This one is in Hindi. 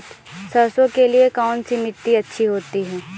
सरसो के लिए कौन सी मिट्टी अच्छी होती है?